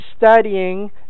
studying